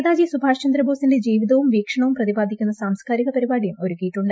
നേതാജി സൂഭാഷ് ചന്ദ്രബോസിന്റെ ജീവിതവും വീക്ഷണവും പ്രതിപാദിക്കുന്ന സാംസ്കാരിക പരിപാടിയും ഒരുക്കിയിട്ടുണ്ട്